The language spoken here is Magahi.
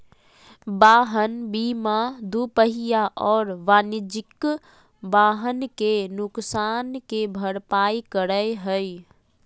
वाहन बीमा दूपहिया और वाणिज्यिक वाहन के नुकसान के भरपाई करै हइ